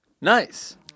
Nice